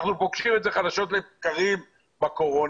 אנחנו פוגשים את זה חדשות לבקרים בקורונה.